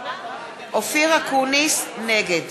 נגד